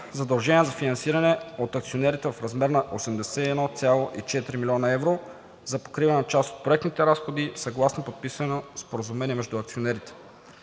задължения за финансиране от акционерите в размер на 81,4 млн. евро за покриване на част от проектните разходи съгласно подписано споразумение между акционерите.